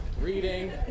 reading